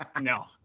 No